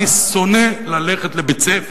אני שונא ללכת לבית-הספר,